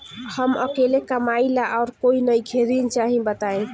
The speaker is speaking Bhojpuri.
हम अकेले कमाई ला और कोई नइखे ऋण चाही बताई?